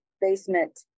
basement